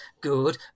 good